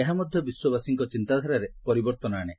ଏହା ମଧ୍ୟ ବିଶ୍ୱବାସୀଙ୍କ ଚିନ୍ତାଧାରାରେ ପରିବର୍ତ୍ତନ ଆରେ